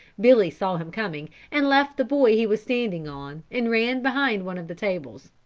billy saw him coming and left the boy he was standing on, and ran behind one of the tables.